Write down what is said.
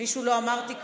מישהו לא אמרתי כאן?